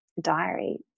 diary